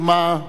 משום מה,